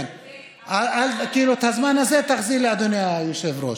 את הזמן הזה תחזיר לי, אדוני היושב-ראש.